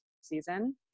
season